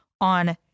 on